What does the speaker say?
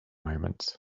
moments